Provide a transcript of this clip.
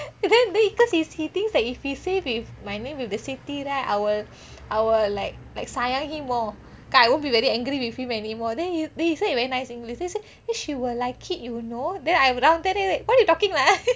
then then because he thinks that if he say with my name with the சித்தி:chiti right I will I will like like sayang him more because I won't be very angry with him anymore then he he said in very nice english then she will like it you know then I down there what you talking lah